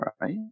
right